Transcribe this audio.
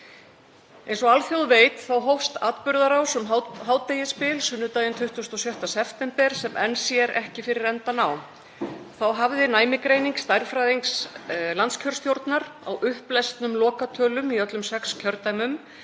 Eins og alþjóð veit þá hófst atburðarás um hádegisbil sunnudaginn 26. september sem enn sér ekki fyrir endann á. Þá hafði næmisgreining stærðfræðings landskjörstjórnar á upplesnum lokatölum í öllum sex kjördæmum